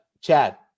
Chad